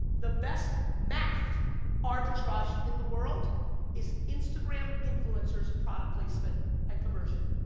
the best math arbitrage in the world is instagram influencers product placement and conversion.